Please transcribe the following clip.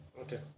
Okay